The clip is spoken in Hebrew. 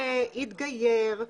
שהתגייר,